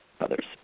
others